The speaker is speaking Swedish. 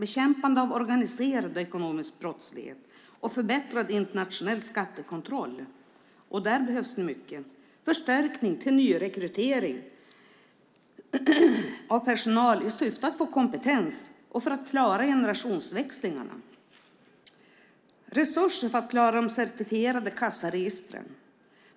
Det handlar om bekämpande av organiserad och ekonomisk brottslighet och om förbättrad internationell skattekontroll. Där behövs det mycket. Det handlar om förstärkning till nyrekrytering av personal i syfte att få kompetens och för att klara generationsväxlingarna. Det handlar om resurser för att klara de certifierade kassaregistren.